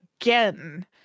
again